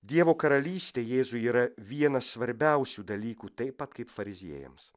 dievo karalystė jėzui yra vienas svarbiausių dalykų taip pat kaip fariziejams